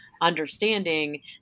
understanding